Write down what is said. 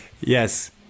Yes